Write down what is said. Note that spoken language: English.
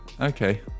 okay